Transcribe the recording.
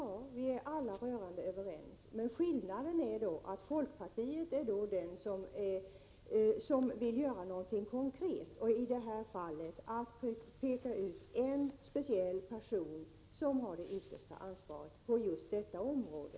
Ja, vi är alla rörande överens om detta, men skillnaden är att folkpartiet vill göra något konkret, i det här fallet peka ut en speciell person som skall ha det yttersta ansvaret på just detta område.